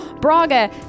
Braga